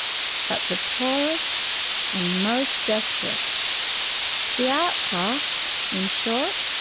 but the poorest and most desperate the outcasts, in short,